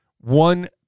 One